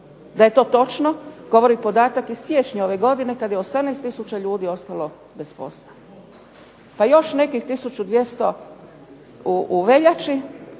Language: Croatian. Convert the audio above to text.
Da je to točno govori podatak iz siječnja ove godine kad je 18 tisuća ljudi ostalo bez posla. Pa još nekih tisuću 200 u veljači,